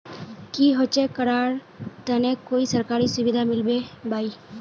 की होचे करार तने कोई सरकारी सुविधा मिलबे बाई?